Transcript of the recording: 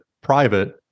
private